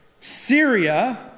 Syria